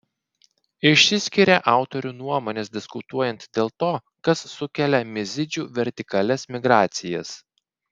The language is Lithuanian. išsiskiria autorių nuomonės diskutuojant dėl to kas sukelia mizidžių vertikalias migracijas